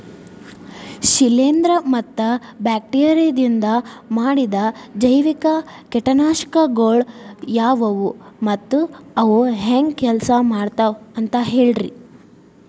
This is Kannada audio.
ಶಿಲೇಂಧ್ರ ಮತ್ತ ಬ್ಯಾಕ್ಟೇರಿಯದಿಂದ ಮಾಡಿದ ಜೈವಿಕ ಕೇಟನಾಶಕಗೊಳ ಯಾವ್ಯಾವು ಮತ್ತ ಅವು ಹೆಂಗ್ ಕೆಲ್ಸ ಮಾಡ್ತಾವ ಅಂತ ಹೇಳ್ರಿ?